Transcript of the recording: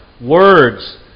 Words